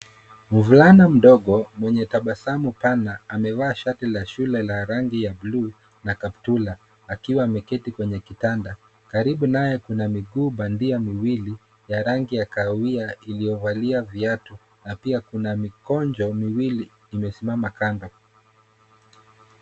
Mvulana mdogo mwenye tabasamu pana amevaa shati la shule la rangi ya buluu na kaptura akiwa ameketi kwenye kitanda karibu naye kuna miguu bandia miwili ya rangi ya kahawia iliovalia viatu na pia kuna mikonjo miwili imesimama kando